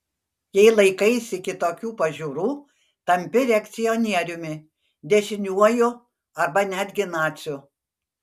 jei laikaisi kitokių pažiūrų tampi reakcionieriumi dešiniuoju arba netgi naciu